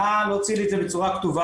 נא להוציא לי את זה בצורה כתובה,